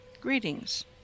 Greetings